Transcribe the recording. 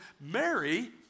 Mary